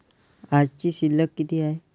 आजची शिल्लक किती हाय?